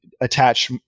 attach